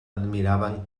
admiraven